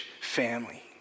family